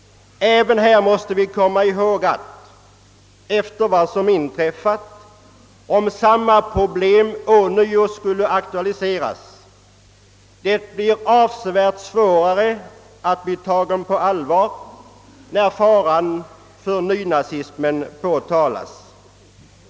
Även här måste vi — efter vad som inträffat — komma ihåg att om samma problem ånyo skulle aktualiseras blir det avsevärt svårare att bli tagen på allvar när faran för nynazismen påtalas.